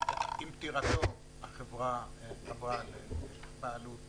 עם פטירתו החברה עברה לבעלות